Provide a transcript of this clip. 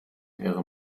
wäre